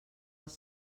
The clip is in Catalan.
els